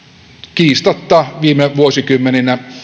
kiistatta viime vuosikymmeninä